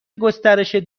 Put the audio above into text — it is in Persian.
گسترش